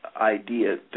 idea